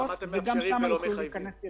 למה אתם מאפשרים ולא מחייבים?